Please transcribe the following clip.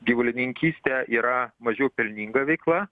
gyvulininkystė yra mažiau pelninga veikla